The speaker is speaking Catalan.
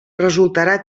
resultarà